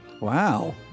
Wow